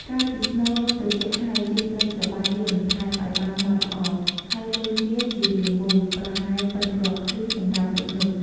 ក្រោយពីស្នូលនំត្រជាក់ហើយ យើងត្រូវច្របាច់វាបន្ថែម ឱ្យបានម៉ដ្ឋល្អ ហើយលុញវា ជារាងមូល ប្រហែលបុិនគ្រាប់ឃ្លី សម្រាប់វេចនំ។